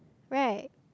right